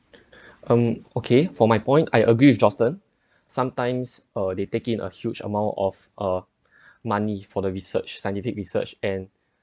um okay for my point I agree with justin sometimes uh they take in a huge amount of uh money for the research scientific research and